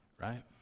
right